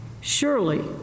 surely